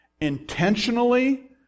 Intentionally